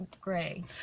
gray